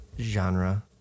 genre